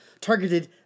targeted